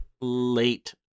late